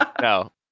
No